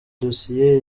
dosiye